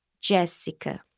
Jessica